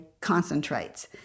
concentrates